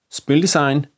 spildesign